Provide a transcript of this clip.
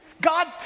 God